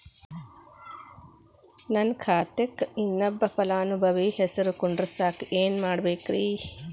ನನ್ನ ಖಾತೆಕ್ ಇನ್ನೊಬ್ಬ ಫಲಾನುಭವಿ ಹೆಸರು ಕುಂಡರಸಾಕ ಏನ್ ಮಾಡ್ಬೇಕ್ರಿ?